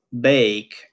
bake